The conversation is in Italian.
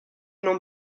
non